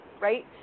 right